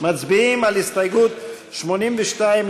מצביעים על הסתייגות 82,